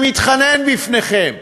אני מתחנן בפניכם,